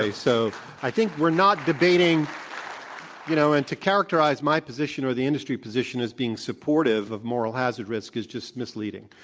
so i think we're not debating you know, and to characterize my position or the industry position as being supportive of moral hazard risk is just misleading.